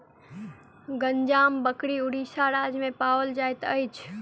गंजाम बकरी उड़ीसा राज्य में पाओल जाइत अछि